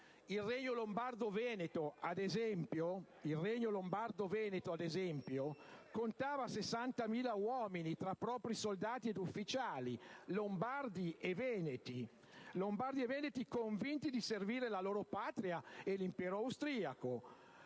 Il Regno Lombardo-Veneto, ad esempio, contava 60.000 uomini tra soldati ed ufficiali, lombardi e veneti, convinti di servire la loro patria e l'impero austriaco: